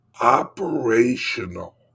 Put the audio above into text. operational